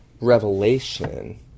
revelation